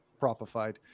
propified